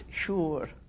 sure